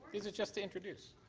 these are just to introduce.